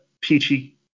peachy